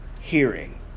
hearing